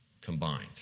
combined